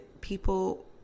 people